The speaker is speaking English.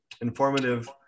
informative